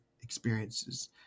experiences